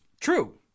true